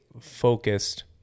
focused